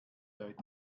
deutet